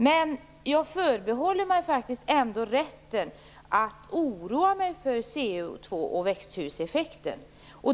Men jag förbehåller mig ändå rätten att oroa mig för CO2 och växthuseffekten.